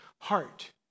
heart